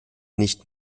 nicht